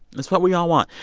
that's what we all want.